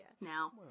now